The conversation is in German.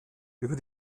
über